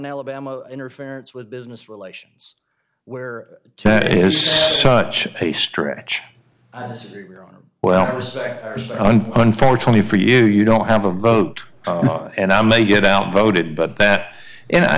alabama interference with business relations where it is such a stretch as well unfortunately for you you don't have a vote and i'm a get out voted but that